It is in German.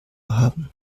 haben